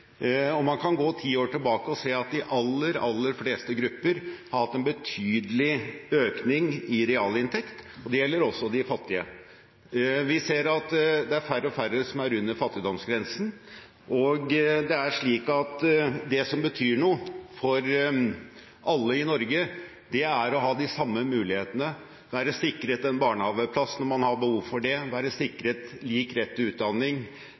Norge. Man kan gå ti år tilbake og se at de aller fleste grupper har hatt en betydelig økning i realinntekt, og det gjelder også de fattige. Vi ser at det er færre og færre som er under fattigdomsgrensen. Det som betyr noe for alle i Norge, er å ha de samme mulighetene, være sikret en barnehageplass når man har behov for det, være sikret lik rett til utdanning